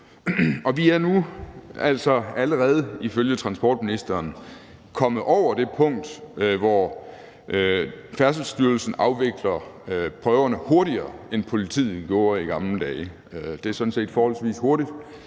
vi er nu altså ifølge transportministeren allerede kommet over det punkt, hvor Færdselsstyrelsen afvikler prøverne hurtigere, end politiet gjorde i gamle dage, og det er sådan set forholdsvis hurtigt.